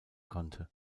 konnte